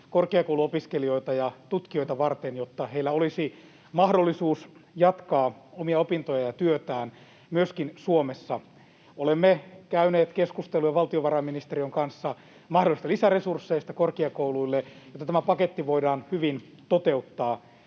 korkeakouluopiskelijoita ja tutkijoita varten, jotta heillä olisi mahdollisuus jatkaa omia opintojaan ja työtään myöskin Suomessa. Olemme käyneet keskusteluja valtiovarainministeriön kanssa mahdollisista lisäresursseista korkeakouluille, jotta tämä paketti voidaan hyvin toteuttaa.